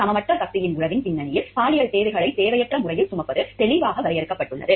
சமமற்ற சக்தியின் உறவின் பின்னணியில் பாலியல் தேவைகளை தேவையற்ற முறையில் சுமத்துவது தெளிவாக வரையறுக்கப்பட்டுள்ளது